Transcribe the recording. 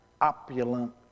opulent